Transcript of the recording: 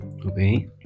Okay